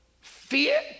fear